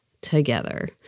together